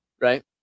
Right